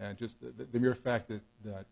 and just the mere fact that the